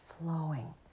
flowing